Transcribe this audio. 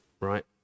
right